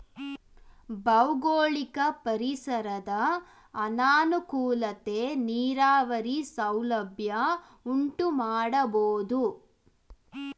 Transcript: ಭೌಗೋಳಿಕ ಪರಿಸರದ ಅನಾನುಕೂಲತೆ ನೀರಾವರಿ ಸೌಲಭ್ಯ ಉಂಟುಮಾಡಬೋದು